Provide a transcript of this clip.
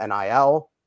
NIL